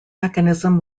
mechanism